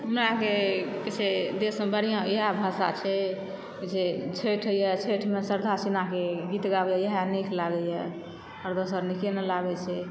हमरा आरके की कहै छै देशमे बढ़िऑं इएह भाषा छै छठि होइया छठि मे शारदा सिन्हा के गीत गाबै इएह नीक लागै यऽ आओर दोसर नीके नहि लागै छै